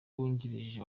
wungirije